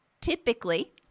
typically